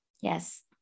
Yes